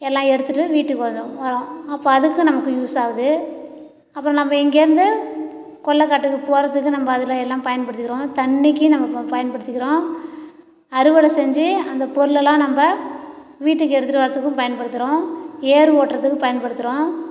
எல்லாம் எடுத்துகிட்டு வீட்டுக்கு வந்தோம் வரோம் அப்போ அதுக்கும் நமக்கு யூஸ் ஆகுது அப்புறம் நம்ம இங்கேர்ந்து கொல்லை காட்டுக்கு போகறதுக்கு நம்ப அதில் எல்லாம் பயன்படுத்திக்கிறோம் தண்ணிக்கு நம்ம இப்போ பயன்படுத்திக்கிறோம் அறுவடை செஞ்சு அந்த பொருளெல்லாம் நம்ப வீட்டுக்கு எடுத்துட்டு வர்றதுக்கு பயன்படுத்துகிறோம் ஏர் ஓட்டுறதுக்கு பயன்படுத்துகிறோம்